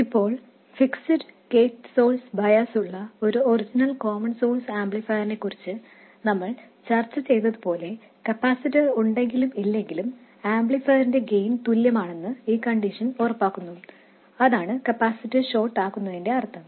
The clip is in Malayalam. ഇപ്പോൾ ഫിക്സ്ഡ് ഗേറ്റ് സോഴ്സ് ബയസ് ഉള്ള ഒരു ഒറിജിനൽ കോമൺ സോഴ്സ് ആംപ്ലിഫയറിനെകുറിച്ച് നമ്മൾ ചർച്ച ചെയ്തതു പോലെ കപ്പാസിറ്റർ ഉണ്ടെങ്കിലും ഇല്ലെങ്കിലും ആംപ്ലിഫയറിന്റെ ഗെയിൻ തുല്യമാണെന്ന് ഈ കണ്ടിഷൻ ഉറപ്പാക്കുന്നു അതാണ് കപ്പാസിറ്റർ ഷോട്ട് ആക്കുന്നതിന്റെ അർത്ഥം